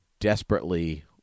desperately